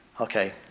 Okay